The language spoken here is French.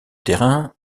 terrain